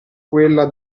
quella